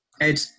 Ed